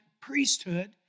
priesthood